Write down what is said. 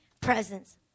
presence